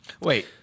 Wait